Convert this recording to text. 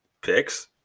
picks